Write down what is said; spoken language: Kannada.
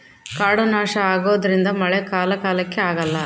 ಕಾಡು ನಾಶ ಆಗೋದ್ರಿಂದ ಮಳೆ ಕಾಲ ಕಾಲಕ್ಕೆ ಆಗಲ್ಲ